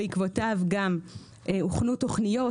בעקבותיו גם הוכנו תוכניות,